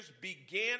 began